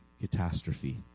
catastrophe